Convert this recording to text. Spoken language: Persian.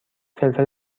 فلفل